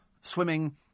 swimming